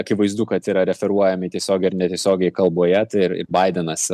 akivaizdu kad yra referuojami tiesiogiai ar netiesiogiai kalboje ir baidenas